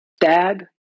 Dad